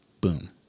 boom